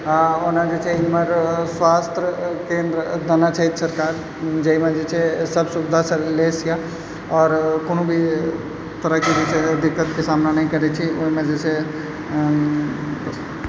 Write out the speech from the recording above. ओना जे छै एमहर स्वास्थ्य केन्द्र देनय छथि सरकार जाहिमे जे छै सभ सुविधासँ लैस यऽ आओर कोनो भी तरहके जे छै दिक्कतके सामना नहि करै छी ओहिमे जे छै